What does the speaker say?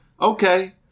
Okay